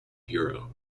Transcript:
hero